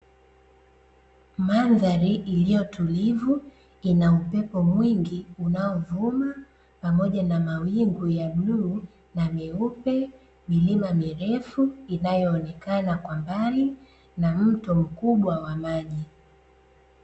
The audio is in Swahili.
Mandhari iliyo tulivu ina upepo mwingi unaovuma pamoja na mawingu ya bluu na meupe, milima mirefu inayoonekana kwa mbali na mto mkubwa wa maji.